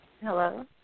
Hello